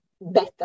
better